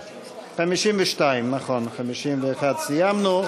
52. את 51 סיימנו.